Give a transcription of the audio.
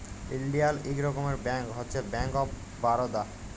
ইলডিয়াল ইক রকমের ব্যাংক হছে ব্যাংক অফ বারদা